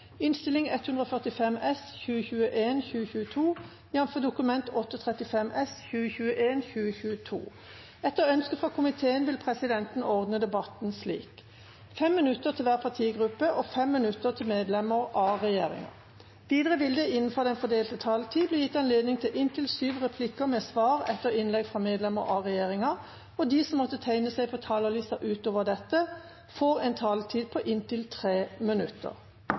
minutter til medlemmer av regjeringa. Videre vil det – innenfor den fordelte taletid – bli gitt anledning til inntil sju replikker med svar etter innlegg fra medlemmer av regjeringa, og de som måtte tegne seg på talerlista utover den fordelte taletid, får en taletid på inntil 3 minutter.